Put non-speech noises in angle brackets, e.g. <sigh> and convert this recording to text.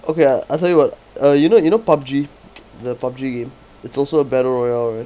okay I'll I'll tell you what uh you know you know pub G <noise> the pub G game it's also a battle royale right